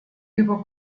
über